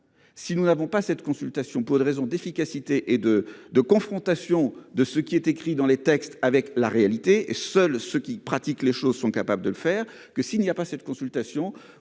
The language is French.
Si nous n'avons pas cette consultation pour des raisons d'efficacité et de de confrontation de ce qui est écrit dans les textes avec la réalité. Seuls ceux qui pratique les choses sont capables de le faire que s'il n'y a pas assez de consultation